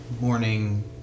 morning